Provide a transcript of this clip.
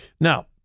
Now